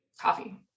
Coffee